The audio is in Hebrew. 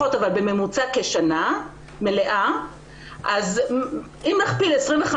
בממוצע, אם נכפיל 25